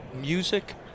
music